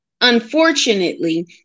unfortunately